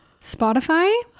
Spotify